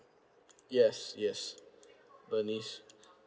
yes yes bernice